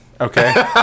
Okay